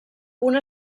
una